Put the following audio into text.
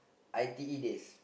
I T E days